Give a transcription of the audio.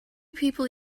people